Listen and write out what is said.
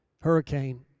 Hurricane